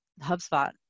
HubSpot